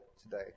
today